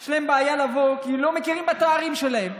יש להם בעיה לבוא, כי לא מכירים בתארים שלהם.